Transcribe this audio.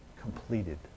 completed